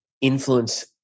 influence